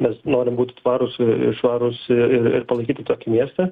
mes norim būti tvarūs švarūs ir palaikyti tokį miestą